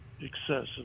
excessive